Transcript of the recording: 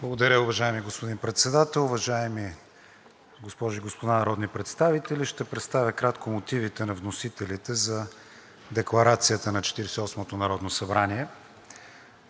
Благодаря, уважаеми господин Председател. Уважаеми госпожи и господа народни представители, ще представя кратко мотивите на вносителите за Декларацията на Четиридесет